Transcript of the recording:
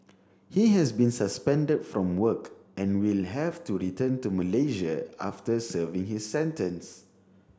he has been suspended from work and will have to return to Malaysia after serving his sentence